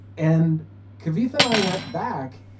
and kavitha and i went back.